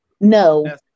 No